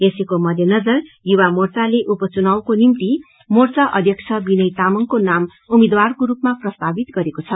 यसैको मध्यनजर युवा मोर्चाले उन चुनावको निम्ति मोर्चा अध्यक्ष विनय तामंगको नाम उम्मेद्वारको रूपामा प्रस्तावित गरेको छ